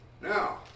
now